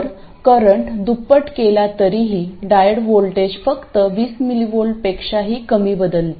तर करंट दुप्पट केला तरीही डायोड व्होल्टेज फक्त 20mV पेक्षा ही कमी बदलते